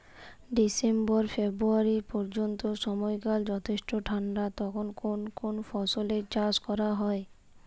December February পর্যন্ত সময়কাল যথেষ্ট ঠান্ডা তখন কোন কোন ফসলের চাষ করা হয়?